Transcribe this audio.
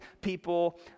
people